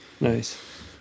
nice